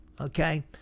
okay